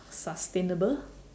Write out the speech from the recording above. sustainable